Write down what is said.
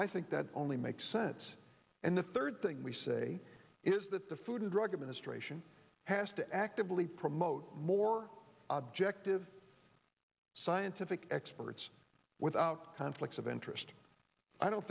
i think that only makes sense and the third thing we say is that the food and drug administration has to actively promote more objective scientific experts without conflicts of interest i don't